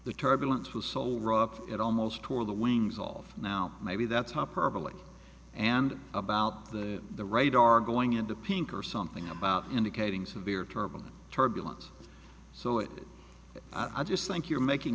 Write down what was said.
the turbulence who sold it almost tore the wings off now maybe that's hyperbole and about the the radar going into pink or something about indicating severe term turbulence so it i just think you're making